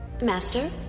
Master